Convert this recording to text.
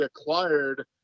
acquired